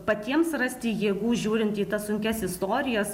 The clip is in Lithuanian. patiems rasti jėgų žiūrinti į tas sunkias istorijas